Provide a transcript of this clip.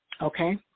Okay